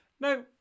No